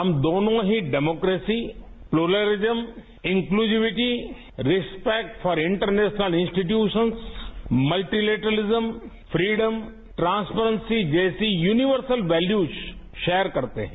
हम दोनों ही democracy pluralism inclusivity respect for international institutions multilateralism freedom transparency जैसी यूनिवर्सल वैल्यूज शेयर करते हैं